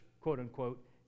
quote-unquote